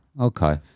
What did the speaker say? Okay